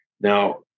Now